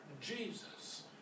Jesus